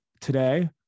Today